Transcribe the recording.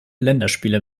länderspiele